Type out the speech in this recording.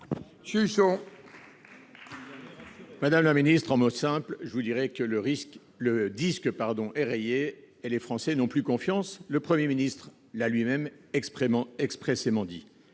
pour la réplique. En termes simples, je vous dirai que le disque est rayé et que les Français n'ont plus confiance. Le Premier ministre l'a lui-même expressément